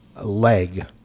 leg